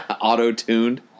auto-tuned